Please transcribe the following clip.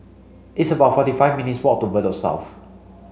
it's about forty five minutes' walk to Bedok South